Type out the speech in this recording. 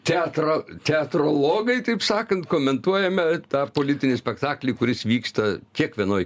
teatro teatrologai taip sakant komentuojame tą politinį spektaklį kuris vyksta kiekvienoj